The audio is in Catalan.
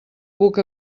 puc